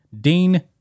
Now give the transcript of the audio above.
Dean